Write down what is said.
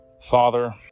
Father